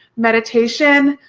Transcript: meditation,